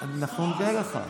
אני מודה לך,